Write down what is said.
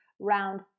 round